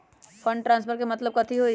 Fund transfer के मतलब कथी होई?